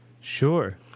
Sure